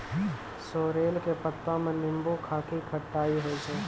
sorrel के पत्ता मॅ नींबू नाकी खट्टाई होय छै